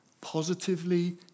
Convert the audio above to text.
positively